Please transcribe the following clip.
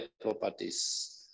properties